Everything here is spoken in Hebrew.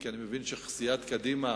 כי אני מבין שלא כולם פה מסיעת קדימה.